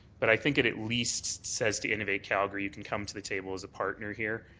but i think it at least says to innovate calgary you can come to the table as a partner here.